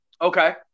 Okay